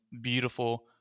beautiful